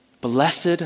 blessed